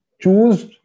Choose